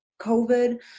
COVID